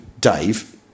Dave